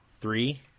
three